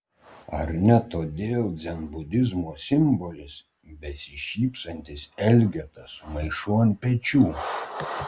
ar ne todėl dzenbudizmo simbolis besišypsantis elgeta su maišu ant pečių